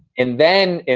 and then, and